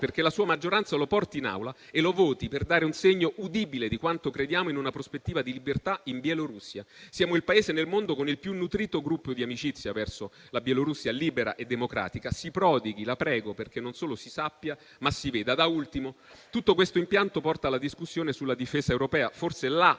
perché la sua maggioranza lo porti in Aula e lo voti per dare un segno udibile di quanto crediamo in una prospettiva di libertà in Bielorussia. Siamo il Paese nel mondo con il più nutrito gruppo di amicizia verso la Bielorussia libera e democratica. Si prodighi - la prego - perché non solo si sappia, ma si veda anche. Da ultimo, tutto questo impianto porta alla discussione sulla difesa europea, che è